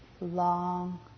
long